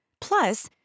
Plus